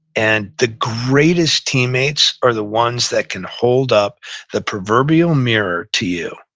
and the greatest teammates are the ones that can hold up the proverbial mirror to you,